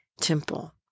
temple